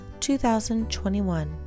2021